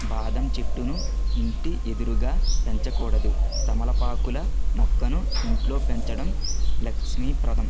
బాదం చెట్టును ఇంటి ఎదురుగా పెంచకూడదు తమలపాకుల మొక్కను ఇంట్లో పెంచటం లక్ష్మీ ప్రదం